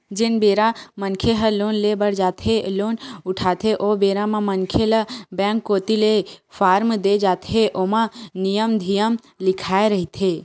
जेन बेरा मनखे ह लोन ले बर जाथे लोन उठाथे ओ बेरा म मनखे ल बेंक कोती ले फारम देय जाथे ओमा नियम धियम लिखाए रहिथे